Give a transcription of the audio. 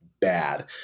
bad